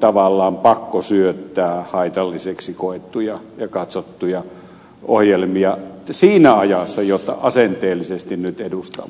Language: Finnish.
tavallaan pakkosyöttää haitalliseksi koettuja ja katsottuja ohjelmia siinä ajassa jota asenteellisesti nyt edustamme